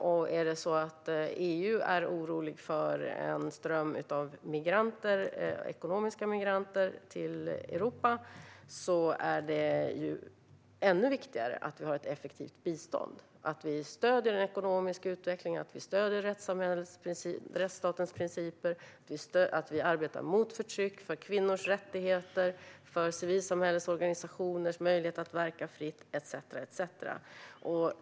Om EU är oroliga för att det ska komma en ström av ekonomiska migranter till Europa är det ännu viktigare att vi har ett effektivt bistånd - att vi stöder den ekonomiska utvecklingen, att vi stöder rättsstatens principer, att vi arbetar mot förtryck, för kvinnors rättigheter, för civilsamhällets organisationers möjligheter att verka fritt etcetera.